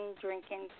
drinking